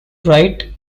write